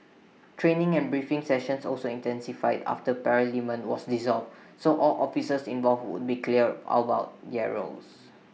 training and briefing sessions also intensified after parliament was dissolved so all officers involved would be clear all about their roles